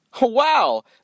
Wow